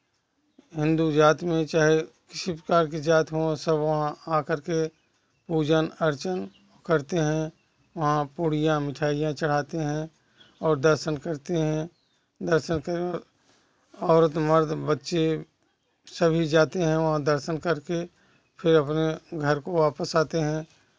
हिंदू जात में चाहे किसी प्रकार के जात हो सब वहाँ आकर के पूजन अर्चन करते हैं वहाँ पूड़ियाँ मिठाइयाँ चढ़ाते हैं और दर्शन करते हैं दर्शन करने औरत मर्द बच्चे सभी जाते हैं वहाँ दर्शन करके फिर अपने घर को वापस आते हैं